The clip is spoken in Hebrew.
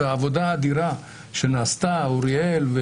בעבודה אדירה שנעשתה על ידי אוריאל,